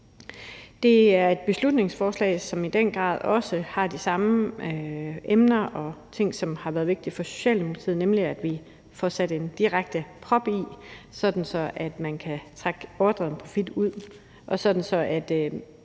Det er et beslutningsforslag, som i den grad også har de samme emner og ting, som har været vigtige for Socialdemokratiet, nemlig at vi får sat en direkte prop i, i forhold til at man kan trække overdreven profit ud, og også i